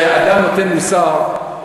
כשאדם נותן מוסר,